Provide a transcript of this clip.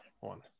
one